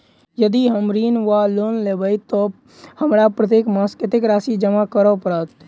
यदि हम ऋण वा लोन लेबै तऽ हमरा प्रत्येक मास कत्तेक राशि जमा करऽ पड़त?